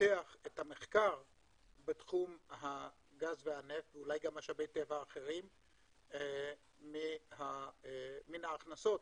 לפתח את המחקר בתחום הגז והנפט ואולי גם משאבי טבע אחרים מן ההכנסות